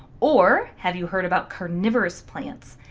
or have you heard about carnivorous plants?